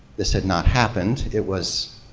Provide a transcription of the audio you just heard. this had not happened. it was